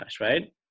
right